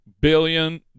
billion